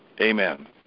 Amen